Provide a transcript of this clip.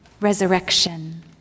resurrection